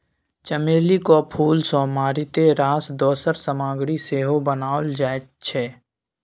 चमेलीक फूल सँ मारिते रास दोसर सामग्री सेहो बनाओल जाइत छै